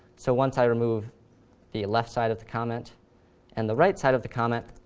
so once i remove the left side of the comment and the right side of the comment,